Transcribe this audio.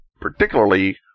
particularly